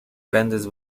grandes